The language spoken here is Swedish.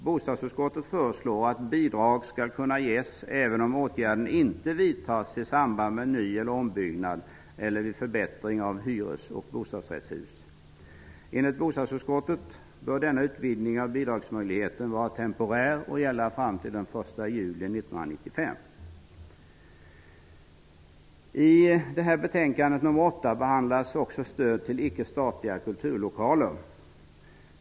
Bostadsutskottet föreslår att bidrag skall kunna ges även om åtgärden inte vidtas i samband med ny eller ombyggnad eller vid förbättring av hyres och bostadsrättshus. Enligt bostadsutskottet bör denna utvidgning av bidragsmöjligheten vara temporär och gälla fram till den 1 juli 1995. Stöd till icke statliga kulturlokaler behandlas också i betänkandet.